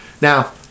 Now